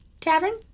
Tavern